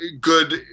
good